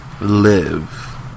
live